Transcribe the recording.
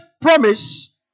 promise